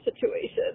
situation